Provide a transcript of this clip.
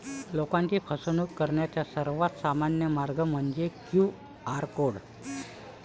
लोकांची फसवणूक करण्याचा सर्वात सामान्य मार्ग म्हणजे क्यू.आर कोड